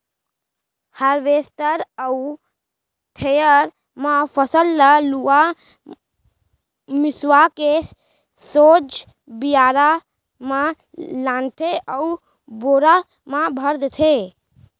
harvester अउ थेसर म फसल ल लुवा मिसवा के सोझ बियारा म लानथे अउ बोरा म भर देथे